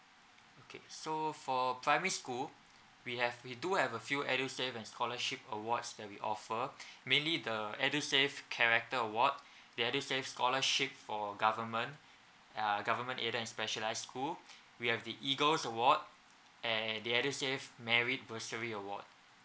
okay so for primary school we have we do have a few edusave and scholarship awards that we offer mainly the edusave character award the edusave scholarship for government uh government aided and specialise school we have the eagles award and the edusave merit bursary award